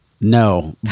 No